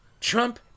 Trump